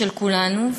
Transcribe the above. של כולנו,